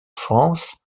france